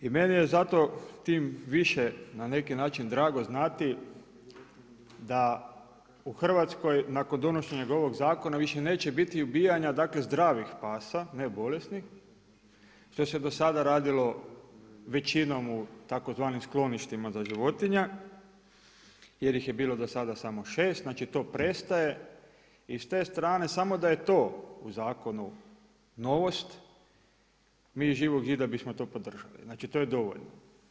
I meni je zato tim više na neki način drago znati da u Hrvatskoj nakon donošenja ovog zakona više neće biti ubijanja zdravih pasa, ne bolesnih, što se do sada radilo većinom u tzv. skloništima za životinje jer ih je bilo do sada samo šest, znači to prestaje i s te strane samo da je to u zakonu novost, mi iz Živog zida bismo to podržali, znači to je dovoljno.